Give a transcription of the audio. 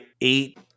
eight